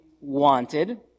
wanted